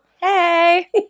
Hey